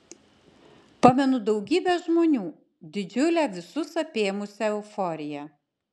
pamenu daugybę žmonių didžiulę visus apėmusią euforiją